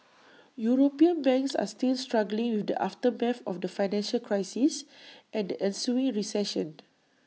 european banks are still struggling with the aftermath of the financial crisis and the ensuing recession